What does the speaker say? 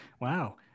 wow